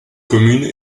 communes